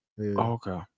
Okay